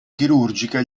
chirurgica